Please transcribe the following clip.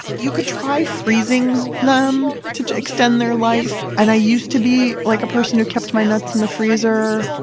you could try freezing them to to extend their life, and i used to be like a person who kept my nuts in the freezer,